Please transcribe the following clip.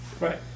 Right